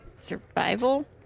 survival